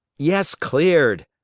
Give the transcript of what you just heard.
yes, cleared!